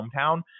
hometown